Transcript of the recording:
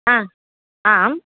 हा आम्